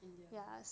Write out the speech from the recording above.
indian